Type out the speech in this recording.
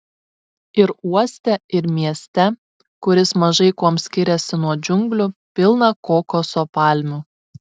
ir uoste ir mieste kuris mažai kuom skiriasi nuo džiunglių pilna kokoso palmių